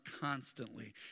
constantly